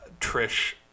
Trish